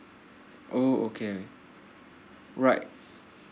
oh okay right